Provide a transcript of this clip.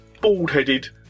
bald-headed